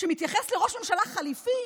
שמתייחס לראש ממשלה חליפי,